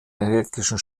elektrischen